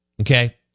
okay